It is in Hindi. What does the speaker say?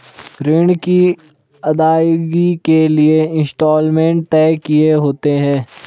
ऋण की अदायगी के लिए इंस्टॉलमेंट तय किए होते हैं